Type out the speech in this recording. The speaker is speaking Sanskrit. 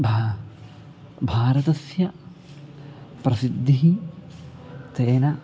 भा भारतस्य प्रसिद्धिः तेन